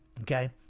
Okay